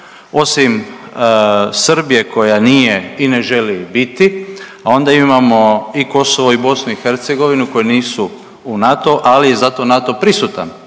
osim Srbije koja nije i ne želi biti, a onda imamo i Kosovo i BiH koje nisu u NATO-u, ali zato je NATO prisutan